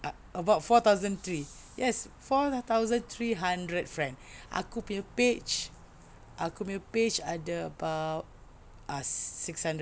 about four thousand three yes four thousand three hundred friend aku nya page aku nya page ada about uh six hundred